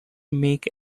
make